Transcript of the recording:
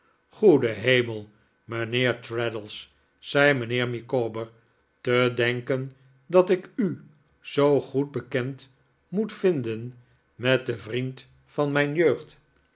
goede hemel mijnheer traddles zei mijnheer micawber te denken dat ik u zoo goed bekend moet vinden met den vriend van mijn jeugd